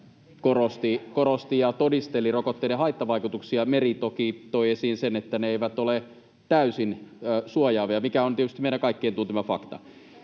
perussuomalaisten ryhmästä] Meri toki toi esiin sen, että ne eivät ole täysin suojaavia, mikä on tietysti meidän kaikkien tuntema fakta.